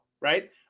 right